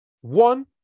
One